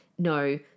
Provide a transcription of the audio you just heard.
no